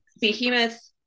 behemoth